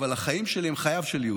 אבל החיים שלי הם חייו של יהודי.